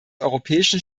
europäischen